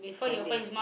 Sunday